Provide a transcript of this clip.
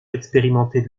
expérimenter